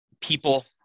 people